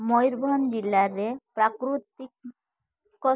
ମୟୂରଭଞ୍ଜ ଜିଲ୍ଲାରେ ପ୍ରାକୃତିକ